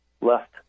left